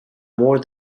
more